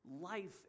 life